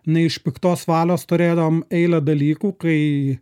ne iš piktos valios turėdavom eilę dalykų kai